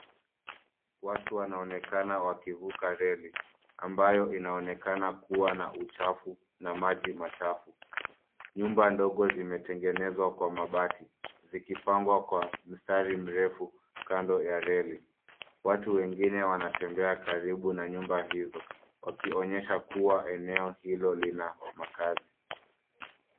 Watu wanaonekana wakivuka reli ambayo inaonekana kuwa na uchafu na maji machafu. Nyumba ndogo zimetengenezwa kwa mabati zikipangwa kwa mstari mrefu kando ya reli. Watu wengine wantembea karibu na nyumba hizo wakionyesha kuwa eneo hilo lina makaazi.